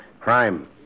Crime